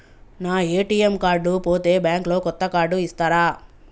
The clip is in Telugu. నా ఏ.టి.ఎమ్ కార్డు పోతే బ్యాంక్ లో కొత్త కార్డు ఇస్తరా?